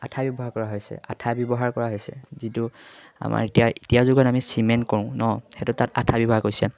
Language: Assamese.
আঠা ব্যৱহাৰ কৰা হৈছে আঠা ব্যৱহাৰ কৰা হৈছে যিটো আমাৰ এতিয়া এতিয়া যুগত আমি চিমেণ্ট কৰোঁ ন সেইটো তাত আঠা ব্যৱহাৰ কৰিছে